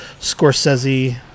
Scorsese